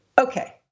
Okay